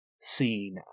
scene